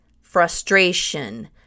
frustration